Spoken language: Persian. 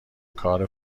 کار